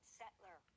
settler